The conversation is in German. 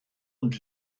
und